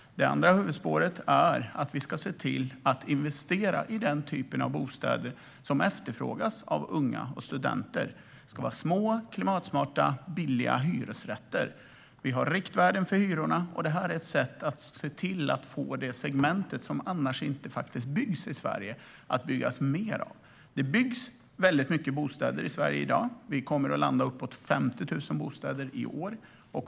Det andra huvudspåret är att vi ska se till att investera i den typ av bostäder som efterfrågas av unga och studenter. Det ska vara små, klimatsmarta och billiga hyresrätter. Och vi har riktvärden för hyrorna. Det här är ett sätt att se till att det byggs mer av det segment som annars inte byggs i Sverige. Det byggs väldigt mycket bostäder i Sverige i dag. Vi kommer att landa på uppemot 50 000 bostäder i år.